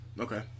Okay